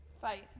Fight